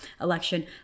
election